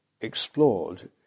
explored